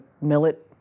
millet